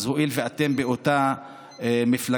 אז הואיל ואתם באותה מפלגה,